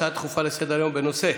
הצעות דחופות לסדר-היום בנושא: